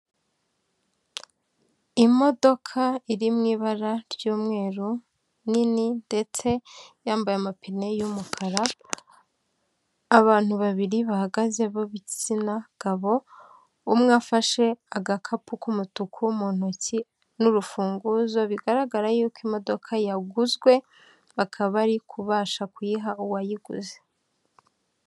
Imodoka iri mu ibara ry'umweru, nini ndetse yambaye amapine y'umukara. Abantu babiri bahagaze b'ibitsina gabo. Umwe afashe agakapu k'umutuku mu ntoki n'urufunguzo bigaragara yuko imodoka yaguzwe, akaba ari kubasha kuyiha uwayiguze.